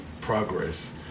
progress